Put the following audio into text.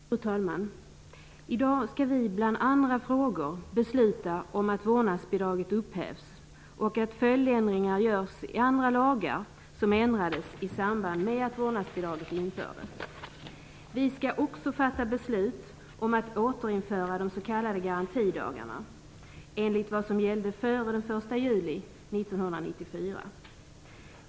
Fru talman! I dag skall vi bland andra frågor besluta om att vårdnadsbidraget upphävs och att följdändringar görs i andra lagar som ändrades i samband med att vårdnadsbidraget infördes. Vi skall också fatta beslut om att återinföra de s.k. 1994.